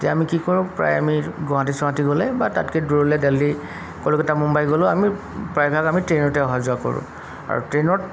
এতিয়া আমি কি কৰোঁ প্ৰায় আমি গুৱাহাটী চুৱাহাটী গ'লে বা তাতকৈ দূৰলৈ দেলহী কলিকতা মুম্বাই গ'লেও আমি প্ৰায়ভাগ আমি ট্ৰেইনতে অহা যোৱা কৰোঁ আৰু ট্ৰেইনত